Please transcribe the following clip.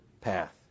path